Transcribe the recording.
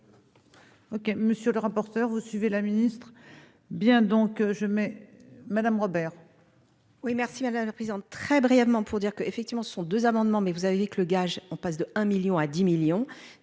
OK, monsieur le rapporteur, vous suivez la Ministre bien donc je mets Madame Robert. Oui merci ma mère représente très brièvement pour dire que, effectivement, ce sont 2 amendements mais vous avez que le gage, on passe de 1 1000000 à 10 millions